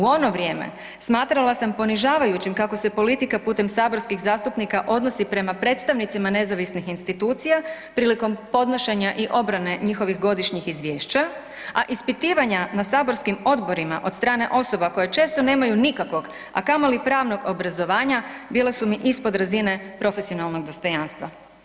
U ono vrijeme, smatrala sam ponižavajućim kako se politika putem saborskih zastupnika odnosi prema predstavnicima nezavisnih institucija prilikom podnošenja i obrane njihovih godišnjih izvješća, a ispitivanja na saborskim odborima od strane osoba koje često nemaju nikakvog, a kamoli pravnog obrazovanja, bile su mi ispod razine profesionalnog dostojanstva.